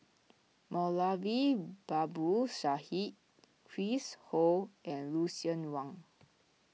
Moulavi Babu Sahib Chris Ho and Lucien Wang